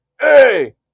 hey